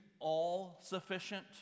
all-sufficient